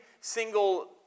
single